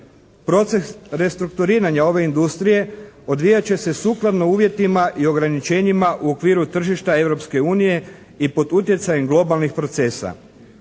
Proces restrukturiranja ove industrije odvijat će se sukladno uvjetima i ograničenjima u okviru tržišta Europske unije i pod utjecajem globalnih procesa.